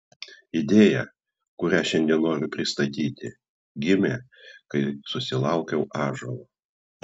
idėja kurią šiandien noriu pristatyti gimė kai susilaukiau ąžuolo